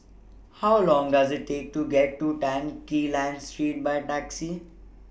How Long Does IT Take to get to Tan Quee Lan Street By Taxi